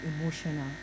emotional